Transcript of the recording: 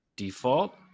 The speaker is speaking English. default